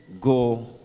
go